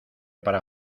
para